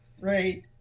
Right